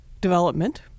development